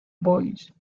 boys